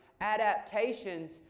adaptations